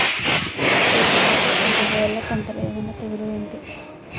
తీగ జాతి కూరగయల్లో పంటలు ఏమైన తెగులు ఏంటి?